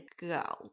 go